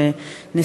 שיחול מחר.